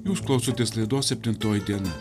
jūs klausotės laidos septintoji diena